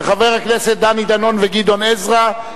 של חבר הכנסת דני דנון וגדעון עזרא,